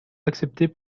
accepté